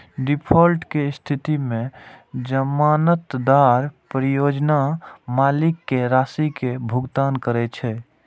default के स्थिति मे जमानतदार परियोजना मालिक कें राशि के भुगतान करै छै